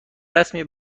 رسمی